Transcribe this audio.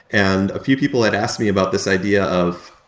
and a few people had asked me about this idea of,